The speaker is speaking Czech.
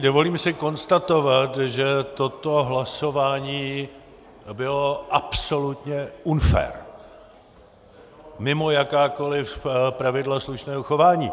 Dovolím si konstatovat, že toto hlasování bylo absolutně unfair, mimo jakákoliv pravidla slušného chování.